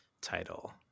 title